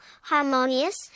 harmonious